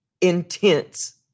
intense